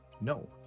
no